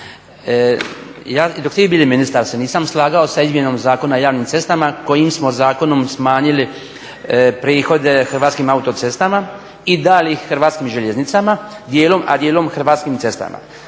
Ja i dok ste vi bili ministar se nisam slagao sa izmjenom Zakona o javnim cestama kojim smo zakonom smanjili prihode Hrvatskim autocestama i dali ih Hrvatskim željeznicama djelom, a djelom Hrvatskim cestama.